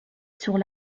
sur